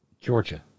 Georgia